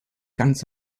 ganz